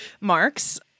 Marks